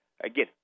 Again